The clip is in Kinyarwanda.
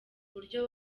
uburyo